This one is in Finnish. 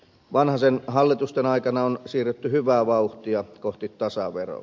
vanhasen hallitusten aikana on siirrytty hyvää vauhtia kohti tasaveroa